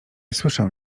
słyszę